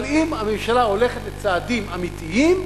אבל אם הממשלה הולכת לצעדים אמיתיים,